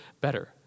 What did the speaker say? better